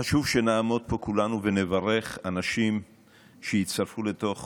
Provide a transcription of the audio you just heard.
חשוב שנעמוד פה כולנו ונברך אנשים שהצטרפו לתוך